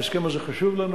ההסכם הזה חשוב לנו.